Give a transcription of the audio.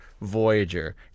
Voyager